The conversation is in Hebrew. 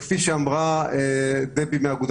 כפי שאמרה דבי גילד